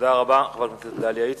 תודה רבה לחברת הכנסת דליה איציק.